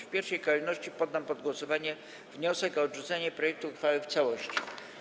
W pierwszej kolejności poddam pod głosowanie wniosek o odrzucenie projektu uchwały w całości.